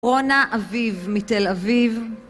רונה אביב מתל אביב